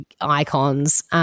icons